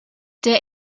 der